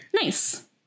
nice